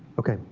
ok,